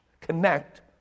connect